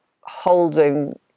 holding